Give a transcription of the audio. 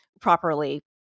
properly